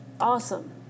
Awesome